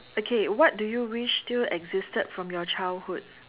okay what do you wish still existed from your childhood